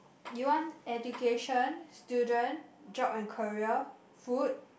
you want education student job and career food